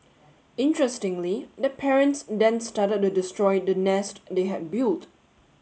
interestingly the parents then started to destroy the nest they had built